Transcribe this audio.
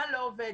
מה לא עובד,